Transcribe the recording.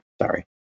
sorry